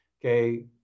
Okay